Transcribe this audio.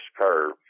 curve